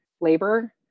labor